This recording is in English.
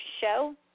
show